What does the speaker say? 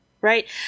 Right